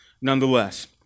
nonetheless